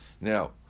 Now